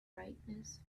brightness